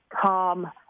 calm